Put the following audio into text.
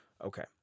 Okay